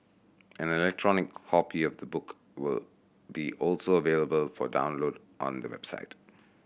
an electronic copy of the book will be also available for download on the website